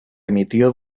emitió